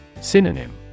Synonym